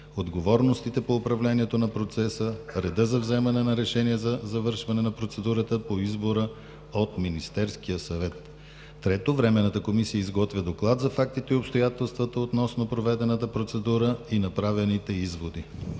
отговорностите по управлението на процеса; реда за вземане на решение за завършване на процедурата по избора от Министерския съвет. 3. Временната комисия изготвя доклад за фактите и обстоятелствата относно проведената процедура и направените изводи.